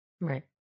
Right